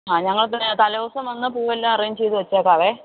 അ ഞങ്ങൾ തലേദിവസം വന്ന് പൂവെല്ലാം അറേഞ്ച് ചെയ്ത് വച്ചേക്കാം